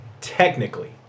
Technically